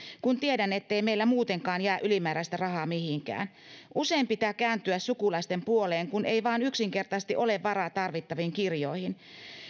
kun tiedän ettei meillä muutenkaan jää ylimääräistä rahaa mihinkään usein pitää kääntyä sukulaisten puoleen kun ei vaan yksinkertaisesti ole varaa tarvittaviin kirjoihin